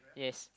yes